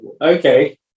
Okay